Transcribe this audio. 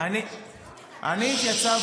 אינה נוכחת,